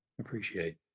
Appreciate